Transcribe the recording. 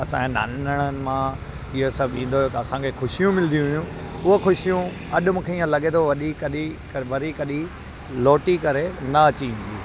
असांजे नानणनि मां इहे सभु ईंदो हुओ त असांखे ख़ुशियूं मिलंदियूं हुयूं उहो ख़ुशियूं अॼु मूंखे इअं लॻे थो वॾी कॾहिं वरी कॾहिं लोटी करे न अची